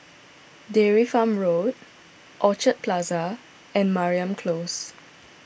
Dairy Farm Road Orchid Plaza and Mariam Close